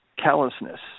Callousness